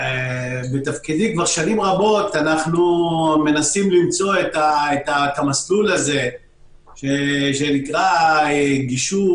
בתפקידי כבר שנים רבות אנחנו מנסים למצוא את המסלול הזה שנקרא גישור,